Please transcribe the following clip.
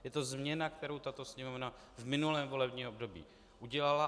Je to změna, kterou tato Sněmovna v minulém volebním období udělala.